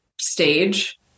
stage